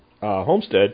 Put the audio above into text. homestead